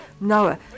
noah